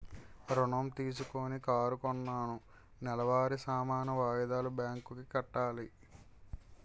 ఋణం తీసుకొని కారు కొన్నాను నెలవారీ సమాన వాయిదాలు బ్యాంకు కి కట్టాలి